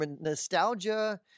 nostalgia